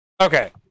Okay